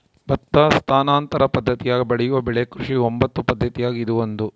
ಭತ್ತ ಸ್ಥಾನಾಂತರ ಪದ್ದತಿಯಾಗ ಬೆಳೆಯೋ ಬೆಳೆ ಕೃಷಿಯ ಒಂಬತ್ತು ಪದ್ದತಿಯಾಗ ಇದು ಒಂದು